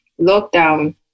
lockdown